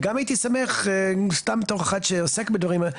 וגם הייתי שמח סתם בתור אחד שעוסק בדברים האלה,